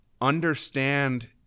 understand